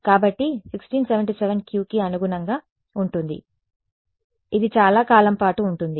కాబట్టి 1677 Qకి అనుగుణంగా ఉంటుంది ఇది చాలా కాలం పాటు ఉంటుంది